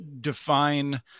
define